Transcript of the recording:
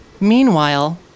meanwhile